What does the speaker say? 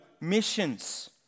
missions